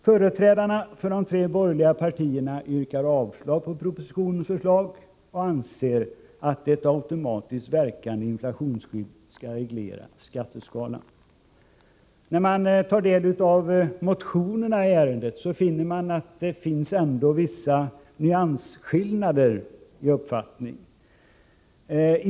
Företrädarna för de tre borgerliga partierna yrkar avslag på propositionens förslag. De anser att ett automatiskt verkande inflationsskydd skall reglera skatteskalan. När man tar del av motionerna i detta ärende, ser man att det ändå finns vissa nyansskillnader i uppfattningen om detta.